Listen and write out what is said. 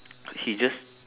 he just